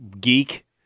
geek